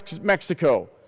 Mexico